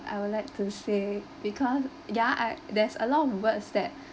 I would like to say because ya I there's a lot of words that